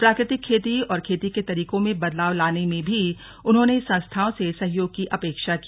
प्राकृतिक खेती और खेती के तरीकों में बदलाव लाने में भी उन्होंने संस्थाओं से सहयोग की अपेक्षा की